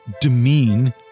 demean